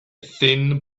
thin